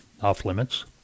off-limits